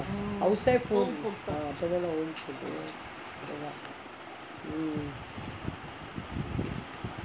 outside food அப்போ தானே:appo thaanae home food uh